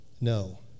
no